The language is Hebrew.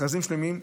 מכרזים שלמים,